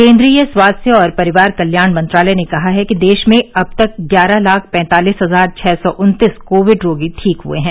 केन्द्रीय स्वास्थ्य और परिवार कल्याण मंत्रालय ने कहा है कि देश में अब तक ग्यारह लाख पैंतालीस हजार छह सौ उन्तीस कोविड रोगी ठीक हए हैं